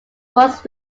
was